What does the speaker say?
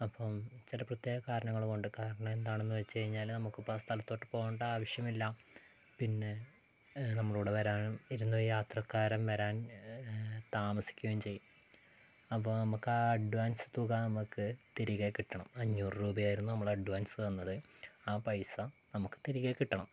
അപ്പം ചില പ്രത്യേക കാരണങ്ങൾ കൊണ്ട് കാരണം എന്താണെന്ന് വെച്ച് കഴിഞ്ഞാല് നമുക്ക് ഇപ്പോൾ ആ സ്ഥലത്തോട്ട് പോകേണ്ട ആവശ്യമില്ല പിന്നെ നമ്മുടെ കൂടെ വരാൻ ഇരുന്ന യാത്രക്കാരൻ വരാൻ താമസിക്കുകയും ചെയ്യും അപ്പോൾ നമുക്ക് ആ അഡ്വാൻസ് തുക നമുക്ക് തിരികെ കിട്ടണം അഞ്ഞൂറ് രൂപയായിരുന്നു നമ്മൾ അഡ്വാൻസ് തന്നത് ആ പൈസ നമുക്ക് തിരികെ കിട്ടണം